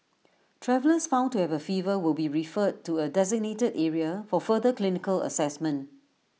travellers found to have A fever will be referred to A designated area for further clinical Assessment